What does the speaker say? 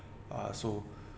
uh so